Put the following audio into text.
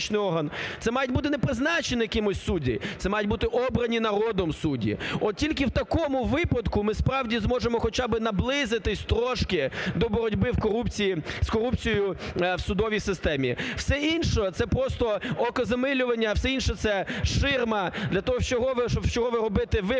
Це мають бути не призначені кимось судді, це мають бути обрані народом судді. От тільки в такому випадку ми справді зможемо хоча би наблизитись трошки до боротьби з корупцією в судовій системі. Все інше – це просто окозамилювання, все інше – це ширма для того, щоб вчергове робити вигляд